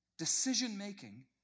Decision-making